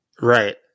right